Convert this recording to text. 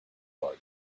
heart